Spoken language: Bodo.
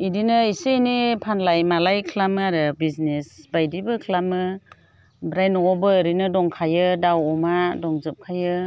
बिदिनो इसे एनै फानलाय मालाय खालामो आरो बिजनेस बायदिबो खालामो ओमफ्राय न'आवबो ओरैनो दंखायो दाउ अमा दंजोबखायो